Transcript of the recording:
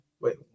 Wait